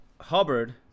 hubbard